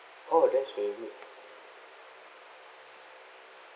oh that's very good